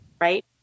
right